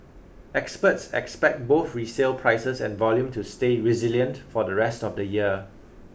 experts expect both resale prices and volume to stay resilient for the rest of the year